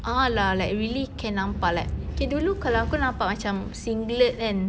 a'ah lah like really can nampak like okay dulu kalau aku nampak macam singlet kan